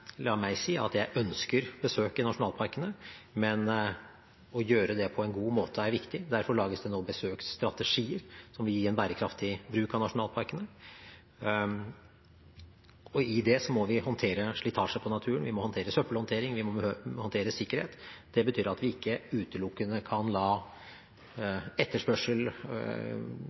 La meg si at jeg ønsker besøk i nasjonalparkene, men å gjøre det på en god måte er viktig. Derfor lages det nå besøksstrategier, som vil gi en bærekraftig bruk av nasjonalparkene, og her må vi håndtere slitasje på naturen, vi må håndtere søppelhåndtering, og vi må håndtere sikkerhet. Det betyr at vi ikke utelukkende kan la etterspørsel